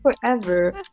forever